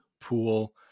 pool